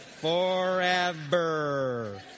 forever